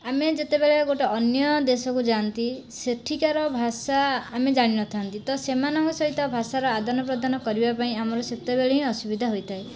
ଆମେ ଯେତେବେଳ ଗୋଟିଏ ଅନ୍ୟ ଦେଶକୁ ଯାଆନ୍ତି ସେଠିକାର ଭାଷା ଆମେ ଜାଣିନଥାନ୍ତି ତ ସେମାନଙ୍କ ସହିତ ଭାଷାର ଆଦାନ ପ୍ରଦାନ କରିପାଇଁ ଆମର ସେତେବେଳେ ହିଁ ଅସୁବିଧା ହୋଇଥାଏ